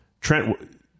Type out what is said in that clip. Trent